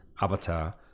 avatar